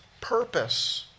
purpose